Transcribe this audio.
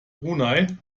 brunei